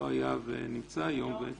לא הבנתי.